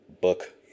book